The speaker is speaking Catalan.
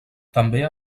també